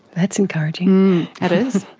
that's encouraging. it is.